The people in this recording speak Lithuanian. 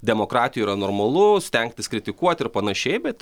demokratijoj yra normalu stengtis kritikuot ir panašiai bet